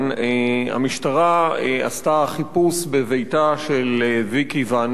המשטרה עשתה חיפוש בביתה של ויקי וענונו,